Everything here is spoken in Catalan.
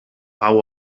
pau